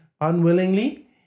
unwillingly